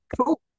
cool